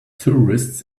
tourists